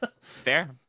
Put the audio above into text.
Fair